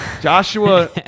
Joshua